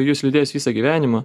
jus lydės visą gyvenimą